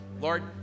lord